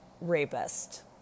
rapist